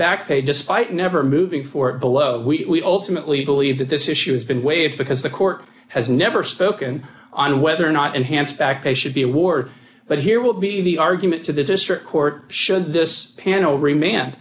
backpay despite never moving for below we ultimately believe that this issue has been waived because the court has never spoken on whether or not enhanced fact that should be a war but here will be the argument to the district court should this panel reman